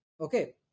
Okay